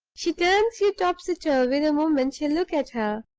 she turns you topsy-turvy the moment you look at her.